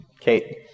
Kate